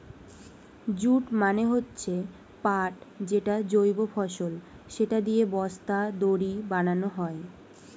jute মানে হচ্ছে পাট যেটা জৈব ফসল, সেটা দিয়ে বস্তা, দড়ি বানানো হয়